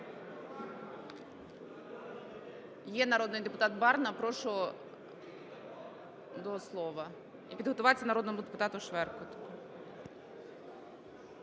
Є народний депутат Барна. Прошу до слова. І підготуватися народному депутату Шверку.